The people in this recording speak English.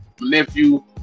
nephew